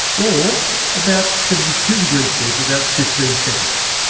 or about seventy two degrees c for about fifteen seconds.